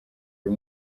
uyu